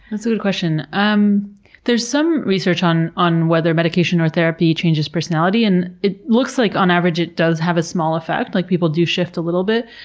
that's a good question. um there's some research on on whether medication or therapy changes personality, and it looks like on average it does have a small effect, like people do shift a little bit.